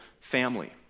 family